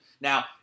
Now